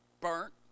burnt